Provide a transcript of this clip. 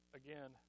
again